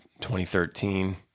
2013